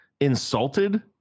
insulted